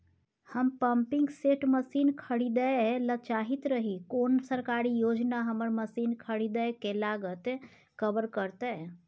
हम pumping set machine खरीदैय ल चाहैत रही कोन सरकारी योजना हमर मसीन खरीदय के लागत कवर करतय?